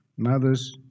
mothers